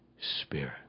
Spirit